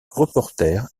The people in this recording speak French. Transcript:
reporter